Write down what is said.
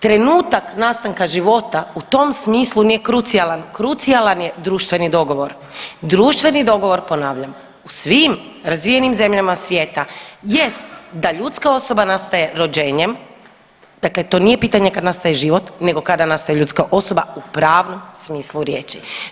Trenutak nastanka života u tom smislu nije krucijalan, krucijalan je društveni dogovor, društveni dogovor ponavljam u svim razvijenim zemljama svijeta jest da ljudska osoba nastaje rođenjem, dakle to nije pitanje kad nastaje život nego kada nastaje ljudska osoba u pravnom smislu riječi.